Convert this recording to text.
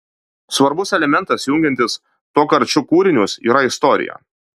svarbus elementas jungiantis tokarčuk kūrinius yra istorija